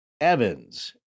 Evans